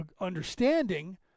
understanding